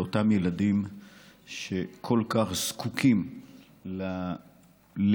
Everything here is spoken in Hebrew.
לאותם ילדים שכל כך זקוקים למשאבים,